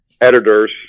editors